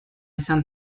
izan